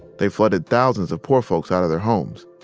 they flooded thousands of poor folks out of their homes.